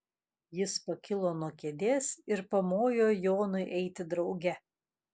jis pakilo nuo kėdės ir pamojo jonui eiti drauge